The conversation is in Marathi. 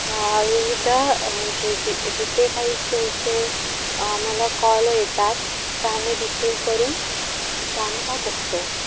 विविध म्हणजे जे जिथे काही शोचे आम्हाला कॉल येतात ते आम्ही रिसिव करून तिथे आम्ही जात असतो